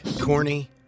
Corny